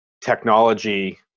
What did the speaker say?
technology